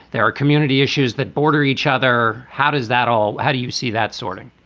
there are community issues that border each other. how does that all how do you see that sorting?